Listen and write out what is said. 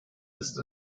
ist